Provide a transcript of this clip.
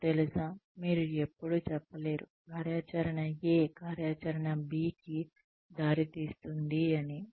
మీకు తెలుసా మీరు ఎప్పుడు చెప్పలేరు కార్యాచరణ A కార్యాచరణ B కి దారితీస్తుంది అని